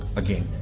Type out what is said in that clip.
again